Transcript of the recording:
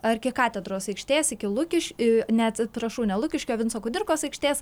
arkikatedros aikštės iki lukiškių ir ne atsiprašau ne lukiškių vinco kudirkos aikštės